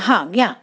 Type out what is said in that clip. हां घ्या